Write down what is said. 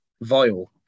Vile